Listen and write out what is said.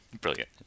Brilliant